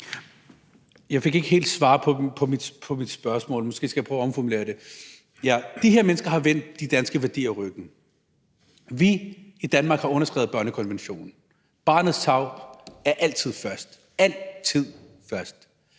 Jeg fik ikke helt svar på mit spørgsmål, måske skal jeg prøve at omformulere det. De her mennesker har vendt de danske værdier ryggen. Vi i Danmark har underskrevet børnekonventionen. Barnets tarv kommer altid først – altid først.